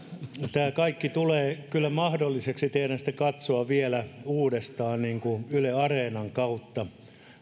tämä kaikki tulee kyllä mahdolliseksi teidän sitten katsoa vielä uudestaan yle areenan kautta